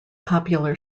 popular